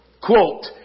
Quote